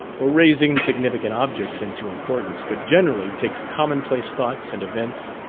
or raise insignificant objects into importance, but generally takes commonplace thoughts and events,